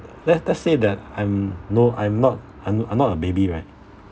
let let's say that I'm no I'm not I'm I'm not a baby right